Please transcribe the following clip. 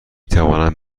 توانم